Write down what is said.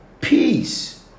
Peace